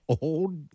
old